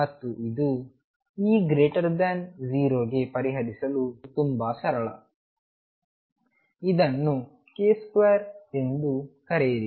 ಮತ್ತು ಇದು E 0 ಗೆ ಪರಿಹರಿಸಲು ತುಂಬಾ ಸರಳ ಇದನ್ನು k2 ಎದ್ದು ಕರೆಯಿರಿ